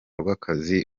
rw’akazi